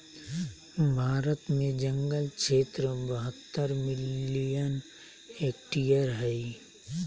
भारत में जंगल क्षेत्र बहत्तर मिलियन हेक्टेयर हइ